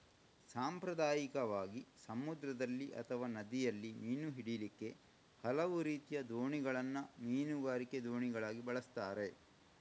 ಸಾಂಪ್ರದಾಯಿಕವಾಗಿ ಸಮುದ್ರದಲ್ಲಿ ಅಥವಾ ನದಿಯಲ್ಲಿ ಮೀನು ಹಿಡೀಲಿಕ್ಕೆ ಹಲವು ರೀತಿಯ ದೋಣಿಗಳನ್ನ ಮೀನುಗಾರಿಕೆ ದೋಣಿಗಳಾಗಿ ಬಳಸ್ತಾರೆ